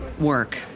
Work